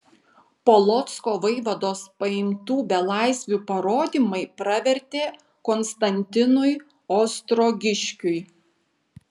polocko vaivados paimtų belaisvių parodymai pravertė konstantinui ostrogiškiui